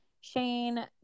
Shane